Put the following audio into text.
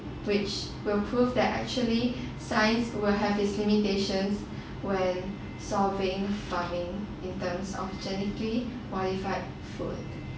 which will prove that actually science will have its limitations when solving farming in terms of genetically modified food